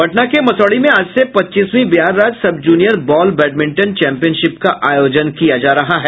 पटना के मसौढ़ी में आज से पच्चीसवीं बिहार राज्य sub junior ball badminton championship का आयोजन किया जा रहा है